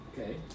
Okay